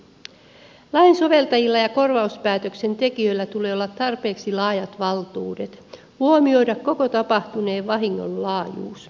lain soveltajilla ja korvauspäätöksen tekijöillä tulee olla tarpeeksi laajat valtuudet huomioida koko tapahtuneen vahingon laajuus